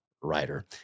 writer